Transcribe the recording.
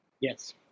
Yes